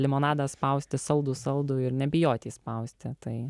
limonadą spausti saldų saldų ir nebijoti išspausti tai